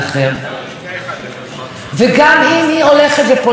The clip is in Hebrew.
הייתי בשבוע שעבר במעון לנשים מוכות בהרצליה,